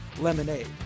lemonade